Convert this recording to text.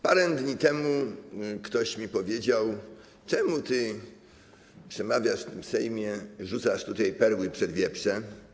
Parę dni temu ktoś mi powiedział: Czemu ty przemawiasz w tym Sejmie, rzucasz tutaj perły przed wieprze?